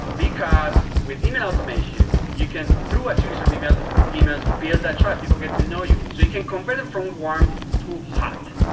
ah because with email automation, you can through a series of emails, build that trust. people get to know you. so you can convert them from warm to hot.